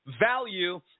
value